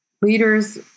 leaders